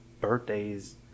birthdays